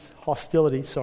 hostility